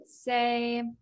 say